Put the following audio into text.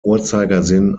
uhrzeigersinn